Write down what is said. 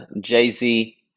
Jay-Z